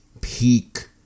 peak